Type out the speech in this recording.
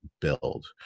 build